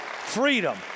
freedom